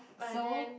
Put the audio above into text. so